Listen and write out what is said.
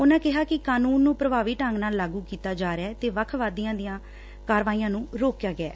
ਉਨੂਾਂ ਕਿਹਾ ਕਿ ਕਾਨੂੰਨ ਨੁੰ ਪ੍ਰਭਾਵੀ ਢੰਗ ਨਾਲ ਲਾਗੁ ਕੀਤਾ ਜਾ ਰਿਹੈ ਤੇ ਵੱਖ ਵਾਦੀਆਂ ਦੀਆ ਕਾਰਵਾਈਆਂ ਨੁੰ ਰੋਕਿਆ ਗਿਐ